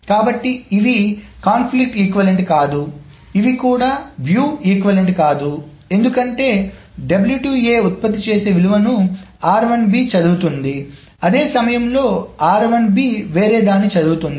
కాబట్టి ఇవి సంఘర్షణ సమానమైనవి కాదు ఇవి కూడా వీక్షణ సమానమైనవి కాదు ఎందుకంటే ఉత్పత్తి చేసే విలువను చదువుతోంది అదే సమయంలో వేరే దాన్ని చదువుతోంది